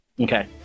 Okay